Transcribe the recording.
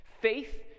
Faith